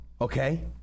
Okay